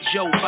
Joe